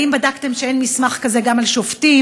האם בדקתם שאין מסמך כזה גם על שופטים,